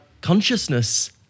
consciousness